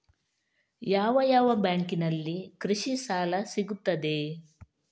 ಯಾವ ಯಾವ ಬ್ಯಾಂಕಿನಲ್ಲಿ ಕೃಷಿ ಸಾಲ ಸಿಗುತ್ತದೆ?